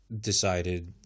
decided